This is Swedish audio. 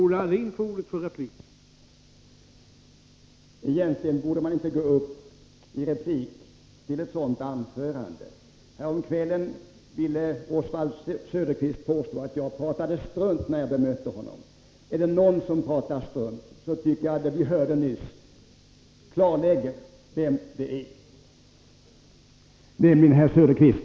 Herr talman! Egentligen borde man inte gå upp i replik på ett sådant anförande. Häromkvällen ville Oswald Söderqvist påstå att jag pratade strunt när jag bemötte honom. Är det någon som pratar strunt, så tycker jag att'det vi hörde nyss klarlägger vem det är, nämligen herr Söderqvist.